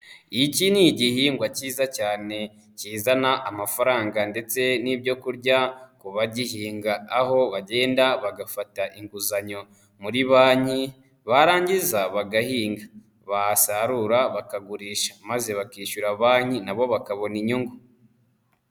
Iki ni igihingwa cyiza cyane kizana amafaranga ndetse n'ibyo kurya ku bagihinga aho bagenda bagafata inguzanyo muri banki, barangiza bagahinga. Basarura bakagurisha maze bakishyura banki nabo bakabona inyungu.